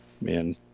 man